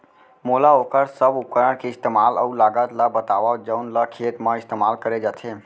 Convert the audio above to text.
मोला वोकर सब उपकरण के इस्तेमाल अऊ लागत ल बतावव जउन ल खेत म इस्तेमाल करे जाथे?